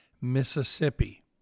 Mississippi